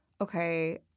okay